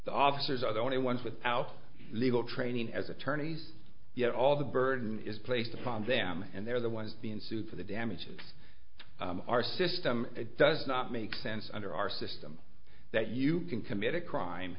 the officers are the only ones without legal training as attorneys yet all the burden is placed upon them and they're the ones being sued for the damage to our system it does not make sense under our system that you can commit a crime